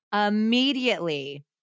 Immediately